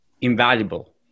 invaluable